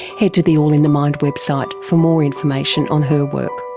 head to the all in the mind website for more information on her work.